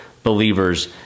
believers